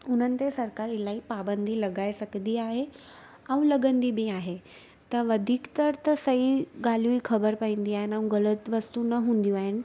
उन्हनि ते सरिकार इलाही पाबंदी लॻाए सघंदी आहे ऐं लॻंदी बि आहिनि त वधीकतर त सही ॻाल्हियूं ई ख़बर पवंदियूं आहिनि ऐं ग़लति वस्तू न हूंदियूं आहिनि